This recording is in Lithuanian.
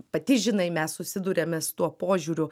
pati žinai mes susiduriame su tuo požiūriu